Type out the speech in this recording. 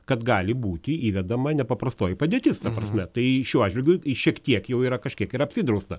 kad gali būti įvedama nepaprastoji padėtis ta prasme tai šiuo atžvilgiu šiek tiek jau yra kažkiek ir apsidrausta